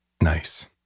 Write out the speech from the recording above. nice